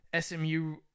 SMU